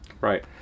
Right